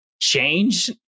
change